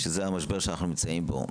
שזה המשבר שאנחנו נמצאים בו.